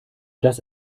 das